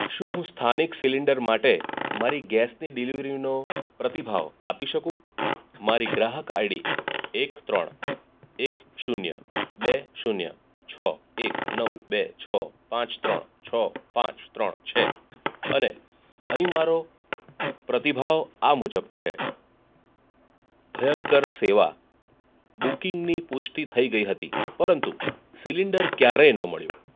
શું હું સ્થાનિક સિલિન્ડર માટે મારી ગેસની ડીલીવરીનો પ્રતિભાવ આપી શકું મારી ગ્રાહક આઈડી એક ત્રણ એક શૂન્ય બે શૂન્ય છ એક નવ બે છ પાંચ ત્રણ છ પાંચ ત્રણ છે અને અહીં મારો પ્રતિભાવ આ મુજબ છે ભયંકર સેવા બુકિંગની પુષ્ટિ થઈ ગઈ હતી પરંતુ સિલિન્ડર ક્યારેય ન મળ્યું